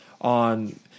on